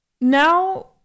now